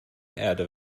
erde